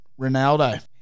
Ronaldo